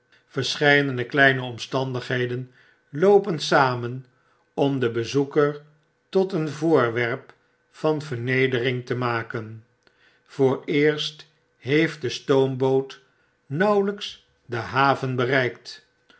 verscheidene kleine omstandigheden loopen samen om den bezoeker tot een voorwerp van vernedering te maken vooreerst heeft de stoomboot nauwelyks de haven bereikt